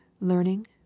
learning